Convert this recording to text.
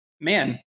man